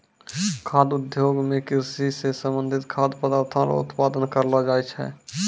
खाद्य उद्योग मे कृषि से संबंधित खाद्य पदार्थ रो उत्पादन करलो जाय छै